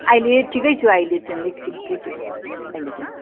अहिले ठिकै छु अहिले चाहिँ अलिक ठिकै छु अहिले चाहिँ